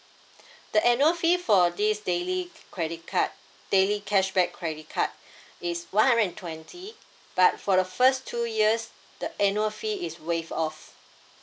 the annual fee for this daily credit card daily cashback credit card is one hundred and twenty but for the first two years the annual fee is waive off